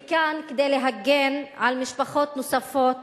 היא כאן כדי להגן על משפחות נוספות